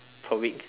per week